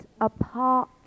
apart